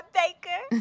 baker